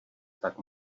tak